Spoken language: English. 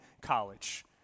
college